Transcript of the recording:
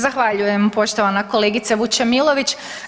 Zahvaljujem poštovana kolegice Vučemilović.